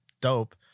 dope